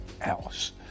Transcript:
else